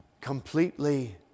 completely